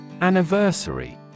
Anniversary